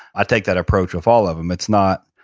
i take that approach with all of them. it's not,